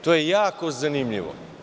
To je jako zanimljivo.